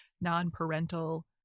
non-parental